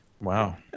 wow